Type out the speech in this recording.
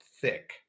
thick